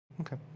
Okay